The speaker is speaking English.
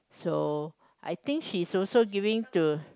so I think she's also giving to